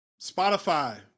Spotify